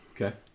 okay